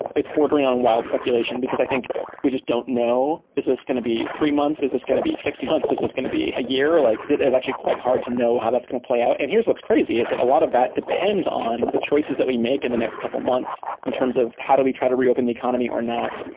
it's bordering on wild speculation, because i think we just don't know. is this going to be three months? is this going to be six months? is this going to be a year? like it's actually quite hard to know how that's going to play out, and here's what's crazy, is that a lot of that depends on the choices that we make in the next couple months in terms of how do we try to reopen the economy or not.